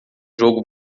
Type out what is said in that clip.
jogo